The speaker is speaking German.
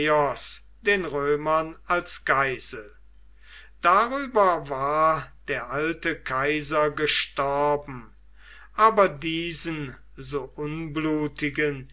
den römern als geisel darüber war der alte kaiser gestorben aber diesen so unblutigen